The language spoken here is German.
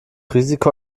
risiko